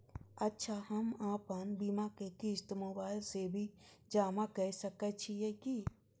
अच्छा हम आपन बीमा के क़िस्त मोबाइल से भी जमा के सकै छीयै की?